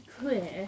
clear